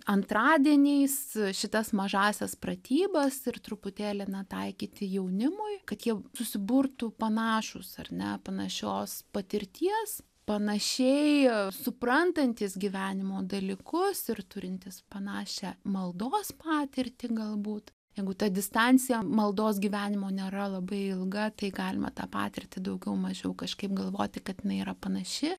antradieniais šitas mažąsias pratybas ir truputėlį na taikyti jaunimui kad jie susiburtų panašūs ar ne panašios patirties panašiai suprantantys gyvenimo dalykus ir turintys panašią maldos patirtį galbūt jeigu ta distancija maldos gyvenimo nėra labai ilga tai galima tą patirtį daugiau mažiau kažkaip galvoti kad jinai yra panaši